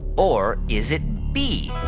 or is it b,